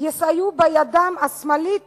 יסייעו לידה השמאלית